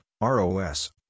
ROS